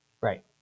right